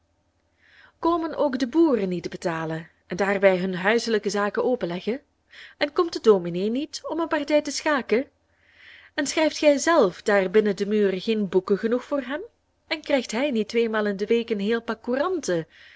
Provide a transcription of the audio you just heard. komen ook de boeren niet betalen en daarbij hunne huiselijke zaken openleggen en komt de dominé niet om een partij te schaken en schrijft gij zelf daar binnen de muren geen boeken genoeg voor hem en krijgt hij niet tweemaal in de week een heel